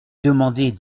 demandez